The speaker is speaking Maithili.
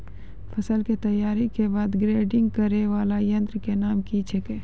फसल के तैयारी के बाद ग्रेडिंग करै वाला यंत्र के नाम की छेकै?